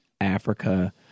Africa